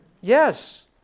Yes